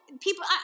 people